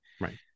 Right